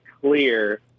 clear